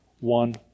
One